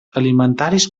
alimentaris